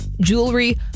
jewelry